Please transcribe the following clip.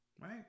Right